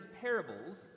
parables